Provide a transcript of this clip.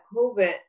COVID